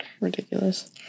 Ridiculous